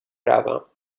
روم